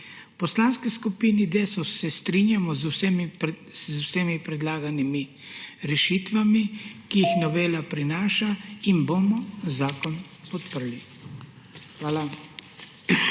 Poslanski skupini Desus se strinjamo z vsemi predlaganimi rešitvami, ki jih novela prinaša, in bomo zakon podprli. Hvala.